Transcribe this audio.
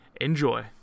Enjoy